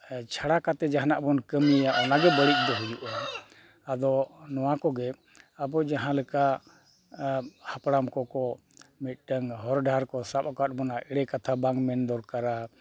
ᱪᱷᱟᱲᱟ ᱠᱟᱛᱮᱫ ᱡᱟᱦᱟᱱᱟᱜ ᱵᱚᱱ ᱠᱟᱹᱢᱤᱭᱟ ᱚᱱᱟᱜᱮ ᱵᱟᱹᱲᱤᱡ ᱫᱚ ᱦᱩᱭᱩᱜᱼᱟ ᱟᱫᱚ ᱱᱚᱣᱟ ᱠᱚᱜᱮ ᱟᱵᱚ ᱡᱟᱦᱟᱸ ᱞᱮᱠᱟ ᱦᱟᱯᱲᱟᱢ ᱠᱚᱠᱚ ᱢᱤᱫᱴᱮᱱ ᱦᱚᱨᱰᱟᱦᱟᱨ ᱠᱚ ᱥᱟᱵ ᱟᱠᱟᱫ ᱵᱚᱱᱟ ᱚᱱᱟ ᱮᱲᱮ ᱠᱟᱛᱷᱟ ᱵᱟᱝ ᱢᱮᱱ ᱫᱚᱨᱠᱟᱨᱟ